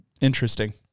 Interesting